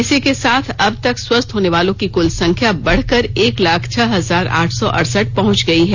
इसी के साथ अब तक स्वस्थ होनेवालों की कुल संख्या बढ़कर एक लाख छह हजार आठ सौ अड़सठ पहंच गई है